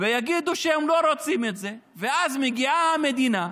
ויגידו שהם לא רוצים את זה, ואז מגיעה המדינה,